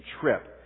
trip